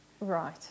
Right